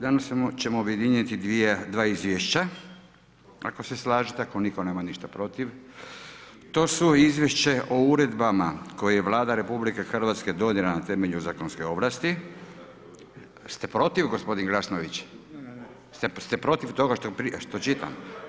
Danas ćemo objediniti 2 izvješća, ako se slažete, ako nitko nema ništa protiv, to su Izvješća o uredbama koje je Vlada Republike Hrvatske donijela na temelju zakonske ovlasti, ste protiv gospodin Glasnović, ste protiv toga što čitam?